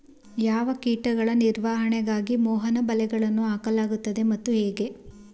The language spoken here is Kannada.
ಯಾವ ಕೀಟಗಳ ನಿವಾರಣೆಗಾಗಿ ಮೋಹನ ಬಲೆಗಳನ್ನು ಹಾಕಲಾಗುತ್ತದೆ ಮತ್ತು ಹೇಗೆ?